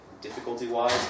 difficulty-wise